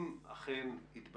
אם אכן התבצע,